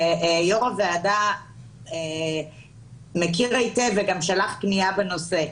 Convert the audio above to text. יושב ראש הוועדה מכיר היטב וגם שלח פנייה בנושא.